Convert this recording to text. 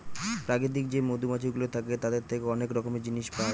প্রাকৃতিক যে মধুমাছিগুলো থাকে তাদের থেকে অনেক রকমের জিনিস পায়